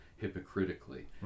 hypocritically